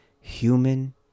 human